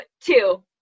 two